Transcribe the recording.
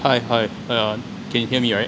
hi hi aeon can you hear me right